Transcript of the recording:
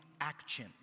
action